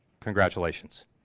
Congratulations